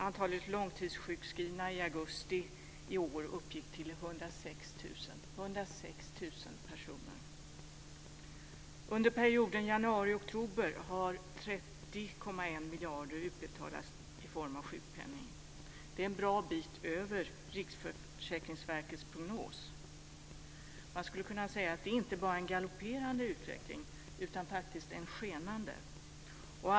Antalet långtidssjukskrivna i augusti i år uppgick till 106 000 Under perioden januari-oktober har 30,1 miljarder kronor betalats ut i form av sjukpenning. Det är en bra bit över Riksförsäkringsverkets prognos. Det är inte bara en galopperande utveckling, det är en skenande utveckling.